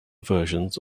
versions